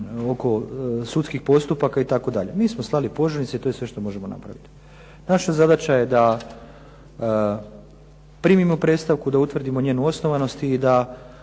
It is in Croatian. oko sudskih postupaka itd. Mi smo slali požurnice i to je sve što možemo napraviti. Naša zadaća je da primimo predstavku, da utvrdimo njenu osnovanost i da